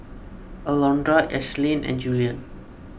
Alondra Ashlyn and Juliann